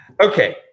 Okay